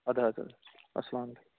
اَدٕ حظ اَدٕ حظ اَسَلام علیکُم